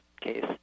case